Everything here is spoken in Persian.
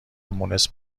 مونس